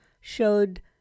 showed